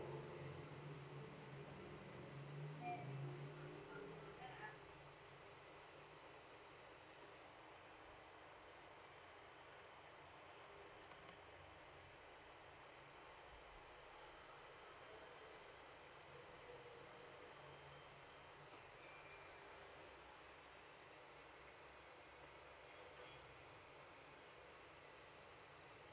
okay uh oh